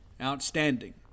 Outstanding